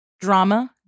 Drama